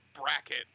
bracket